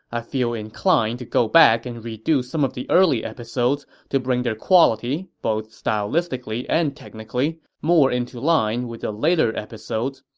i feel inclined to go back and redo some of the early episodes to bring their quality, both stylistically and technically, more into line with the later episodes.